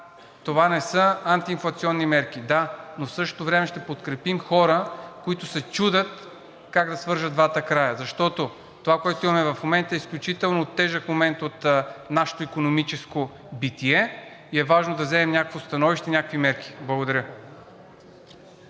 това не са антиинфлационни мерки, да, но в същото време ще подкрепим хора, които се чудят как да свържат двата края, защото това, което имаме в момента, е изключително тежък момент от нашето икономическо битие и е важно да вземем някакво становище и някакви мерки. Благодаря.